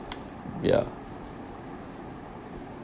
ya